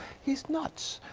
he is nuts.